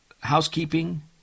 housekeeping